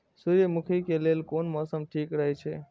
सूर्यमुखी के लेल कोन मौसम ठीक हे छे?